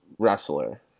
wrestler